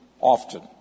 often